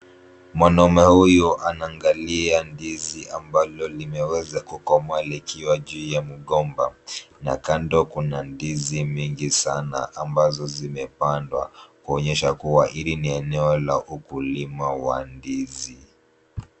Mwanamume huyu anaangalia ndizi ambalo limeweza kukomaa likiwa juu ya mgomba na kando kuna ndizi mingi sana ambazo zimepandwa kuonyesha kuwa hili ni eneo la ukulima wa ndizi.